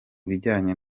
bijyanye